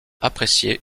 apprécié